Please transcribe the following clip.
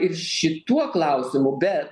ir šituo klausimu bet